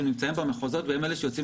הם נמצאים במחוזות והם אלה שיוצאים